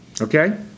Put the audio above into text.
Okay